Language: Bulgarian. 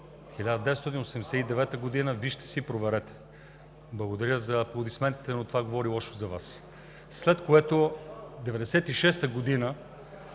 – вижте и проверете. Благодаря за „аплодисментите“, но това говори лошо за Вас. След което, през 1996 г.,